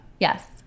Yes